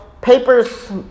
papers